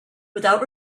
without